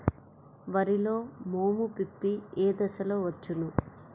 వరిలో మోము పిప్పి ఏ దశలో వచ్చును?